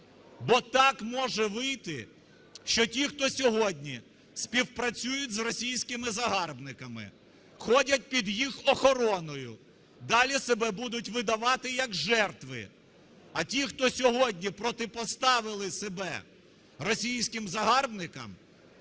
Бо так може вийти, що ті, хто сьогодні співпрацюють з російськими загарбниками, ходять під їх охороною, далі себе будуть видавати як жертви, а ті, хто сьогодні протипоставив себе російським загарбникам,